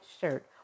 shirt